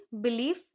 belief